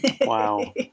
Wow